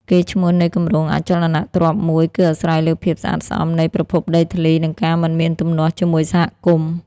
កេរ្តិ៍ឈ្មោះនៃគម្រោងអចលនទ្រព្យមួយ គឺអាស្រ័យលើភាពស្អាតស្អំនៃប្រភពដីធ្លី និងការមិនមានទំនាស់ជាមួយសហគមន៍។